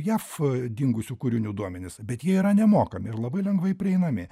jav dingusių kūrinių duomenys bet jie yra nemokami ir labai lengvai prieinami